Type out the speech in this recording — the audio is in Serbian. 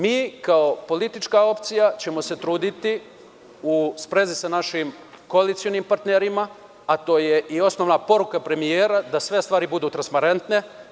Mi kao politička opcija ćemo se truditi u sprezi sa našim koalicionim partnerima, a to je i osnovna poruka premijera, da sve stvari budu transparentne.